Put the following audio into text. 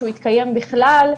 שהוא יתקיים בכלל,